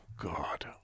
God